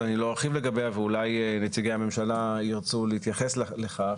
אני לא ארחיב לגביה ואולי נציגי הממשלה ירצו להתייחס לכך,